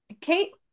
Kate